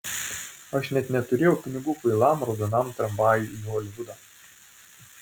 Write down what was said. aš net neturėjau pinigų kvailam raudonam tramvajui į holivudą